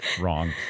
wrong